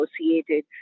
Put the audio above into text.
associated